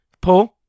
Paul